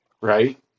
right